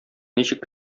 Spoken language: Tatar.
ничек